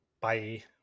bye